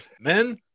men